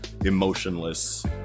emotionless